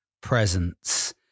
presence